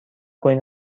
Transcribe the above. کنید